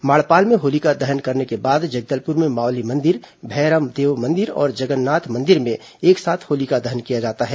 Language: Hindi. माड़पाल में होलिका दहन करने के बाद जगदलपुर में मावली मंदिर भैरमदेव मंदिर और जगन्नाथ मंदिर में एक साथ होलिका दहन किया जाता है